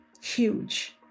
huge